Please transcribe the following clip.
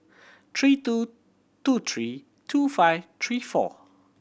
three two two three two five three four